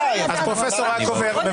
פרופ' רקובר,